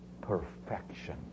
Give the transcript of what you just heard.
perfection